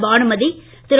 Bhanumathi Thiru